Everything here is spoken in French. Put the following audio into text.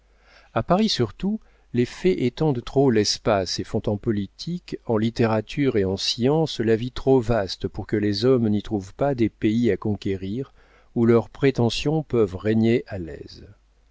a paris surtout les faits étendent trop l'espace et font en politique en littérature et en science la vie trop vaste pour que les hommes n'y trouvent pas des pays à conquérir où leurs prétentions peuvent régner à l'aise